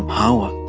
our